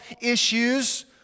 issues